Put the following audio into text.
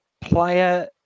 player